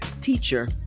teacher